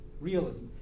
realism